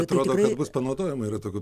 atrodo bus panaudojama yra tokių